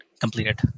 completed